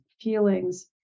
feelings